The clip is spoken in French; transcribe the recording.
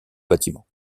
bâtiment